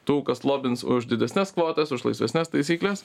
tų kas lobins už didesnes kvotas už laisvesnes taisykles